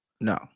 no